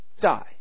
die